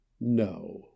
No